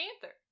Panther